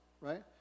right